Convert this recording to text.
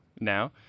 now